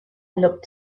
looked